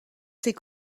ses